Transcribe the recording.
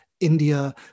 India